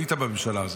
היית בממשלה הזאת.